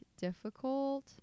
difficult